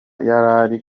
yarari